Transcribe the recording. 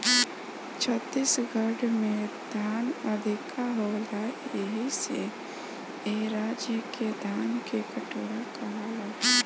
छत्तीसगढ़ में धान अधिका होला एही से ए राज्य के धान के कटोरा कहाला